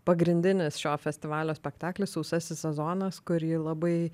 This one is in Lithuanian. pagrindinis šio festivalio spektaklis sausasis sezonas kurį labai